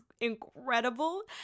incredible